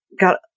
got